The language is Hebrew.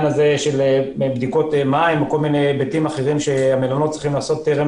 של בדיקות מים ודברים כאלה שהמלונות צריכים לעשות טרם